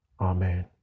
Amen